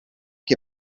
che